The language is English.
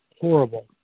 Horrible